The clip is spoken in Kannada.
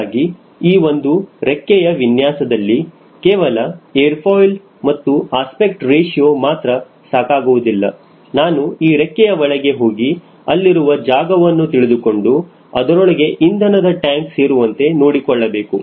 ಹೀಗಾಗಿ ಈ ಒಂದು ರೆಕ್ಕೆಯ ವಿನ್ಯಾಸದಲ್ಲಿ ಕೇವಲ ಏರ್ ಫಾಯ್ಲ್ ಮತ್ತು ಅಸ್ಪೆಕ್ಟ್ ರೇಶಿಯೋ ಮಾತ್ರ ಸಾಕಾಗುವುದಿಲ್ಲ ನಾನು ಈ ರೆಕ್ಕೆಯ ಒಳಗೆ ಹೋಗಿ ಅಲ್ಲಿರುವ ಜಾಗವನ್ನು ತಿಳಿದುಕೊಂಡು ಅದರೊಳಗೆ ಇಂಧನದ ಟ್ಯಾಂಕ್ ಸೇರುವಂತೆ ನೋಡಿಕೊಳ್ಳಬೇಕು